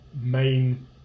main